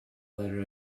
letter